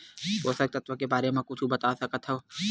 पोषक तत्व के बारे मा कुछु बता सकत हवय?